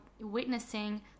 witnessing